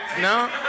No